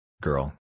Girl